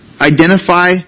Identify